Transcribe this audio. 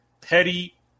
Petty